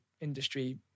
industry